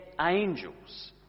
angels